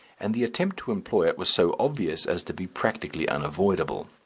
and the attempt to employ it was so obvious as to be practically unavoidable.